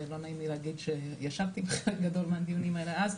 ולא נעים לי להגיד שישבתי בחלק גדול מהדיונים האלה אז,